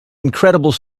incredible